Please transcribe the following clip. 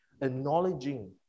acknowledging